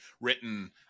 written